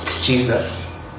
Jesus